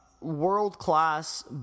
world-class